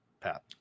Pat